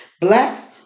Blacks